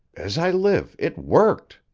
as i live, it worked.